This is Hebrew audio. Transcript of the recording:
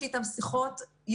יש לי איתם שיחות יום-יומיות.